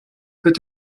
peut